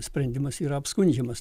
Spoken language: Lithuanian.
sprendimas yra apskundžiamas